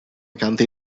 ganddi